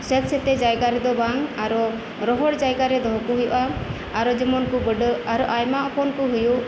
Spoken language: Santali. ᱥᱮᱛ ᱥᱮᱛᱮ ᱡᱟᱭᱜᱟ ᱨᱮᱫᱚ ᱵᱟᱝ ᱟᱨᱚ ᱨᱚᱦᱚᱲ ᱡᱟᱭᱜᱟ ᱨᱮ ᱫᱚᱦᱚᱠᱩ ᱦᱩᱭᱩᱜᱼᱟ ᱟᱨᱚ ᱡᱮᱢᱚᱱ ᱠᱩ ᱵᱟᱹᱰᱟᱹᱜ ᱟᱨᱚ ᱟᱭᱢᱟ ᱦᱚᱯᱚᱱ ᱠᱩ ᱦᱩᱭᱩᱜ